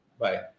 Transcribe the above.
Bye